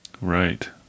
Right